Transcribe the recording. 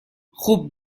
خوب